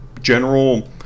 general